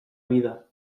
vida